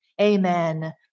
amen